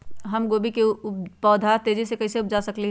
हम गोभी के पौधा तेजी से कैसे उपजा सकली ह?